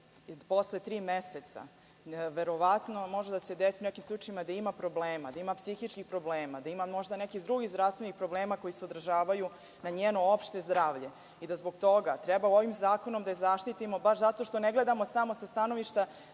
dete posle tri meseca verovatno može da se desi u nekim slučajevima da ima problema, da ima psihičkih problema, da možda ima i nekih drugih zdravstvenih problema koji se odražavaju na njeno opšte zdravlje i da zbog toga treba ovim zakonom da je zaštitimo, baš zato što ne gledamo samo sa stanovišta